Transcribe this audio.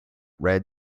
red